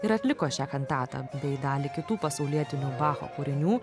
ir atliko šią kantatą bei dalį kitų pasaulietinių bacho kūrinių